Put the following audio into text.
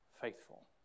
faithful